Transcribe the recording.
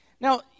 Now